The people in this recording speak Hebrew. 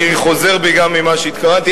אני חוזר בי גם ממה שהתכוונתי.